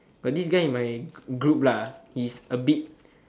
got this guy in my group lah he's a bit